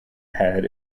had